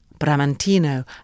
Bramantino